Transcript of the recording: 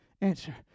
answer